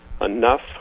enough